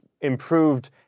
improved